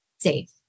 safe